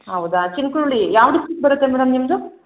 ಹೌದಾ ಚಿನ್ಕುರುಳಿ ಯಾವ ಡಿಸ್ಟಿಕ್ ಬರುತ್ತೆ ಮೇಡಮ್ ನಿಮ್ಮದು